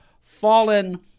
Fallen